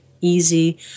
easy